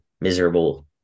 miserable